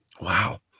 Wow